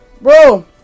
Bro